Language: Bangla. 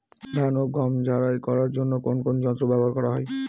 ধান ও গম ঝারাই করার জন্য কোন কোন যন্ত্র ব্যাবহার করা হয়?